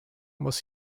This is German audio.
muss